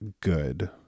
good